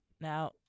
Now